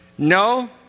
No